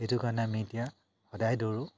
সেইটো কাৰণে আমি এতিয়া সদায় দৌৰোঁ